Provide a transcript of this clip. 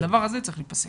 הדבר הזה צריך להפסק.